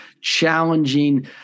challenging